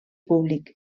públic